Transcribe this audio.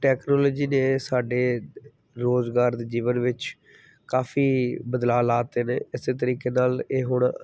technology ਨੇ ਸਾਡੇ ਰੁਜ਼ਗਾਰ ਜੀਵਨ ਵਿੱਚ ਕਾਫੀ ਬਦਲਾਅ ਲਾ ਅਤੇ ਨੇ ਇਸੇ ਤਰੀਕੇ ਨਾਲ ਇਹ ਹੁਣ